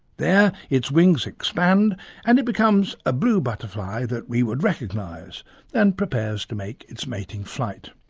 there its wings expand and it becomes a blue butterfly that we would recognise and prepares to make its mating flight.